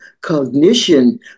cognition